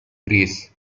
greece